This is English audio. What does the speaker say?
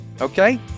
Okay